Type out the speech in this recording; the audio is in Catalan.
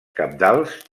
cabdals